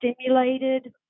stimulated